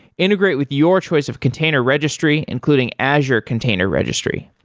integrate with your choice of container registry, including azure container registry.